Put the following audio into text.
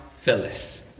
Phyllis